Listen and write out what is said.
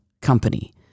company